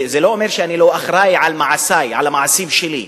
זה לא אומר שאני לא אחראי למעשי, למעשים שלי.